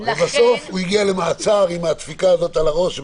ובסוף הוא הגיע למעצר עם הדפיקה הזאת על הראש.